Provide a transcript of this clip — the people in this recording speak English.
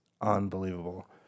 unbelievable